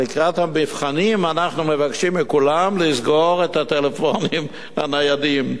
לקראת המבחנים אנחנו מבקשים מכולם לסגור את הטלפונים הניידים.